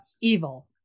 evil